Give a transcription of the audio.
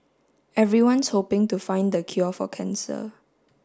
everyone's hoping to find the cure for cancer